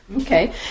Okay